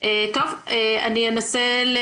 אני אנסה.